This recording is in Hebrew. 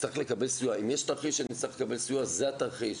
אם יש תרחיש שנצטרך לקבל סיוע, זה התרחיש.